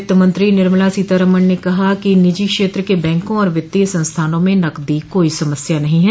वित्तमंत्री निर्मला सीतारमन ने कहा कि निजी क्षेत्र के बैंकों और वित्तीय संस्थानों में नकदी कोई समस्या नहीं है